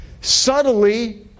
subtly